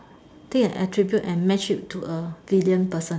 take an attribute and match it to a filial person